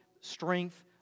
strength